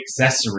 accessory